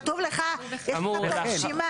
כתוב לך, יש לך פה רשימה.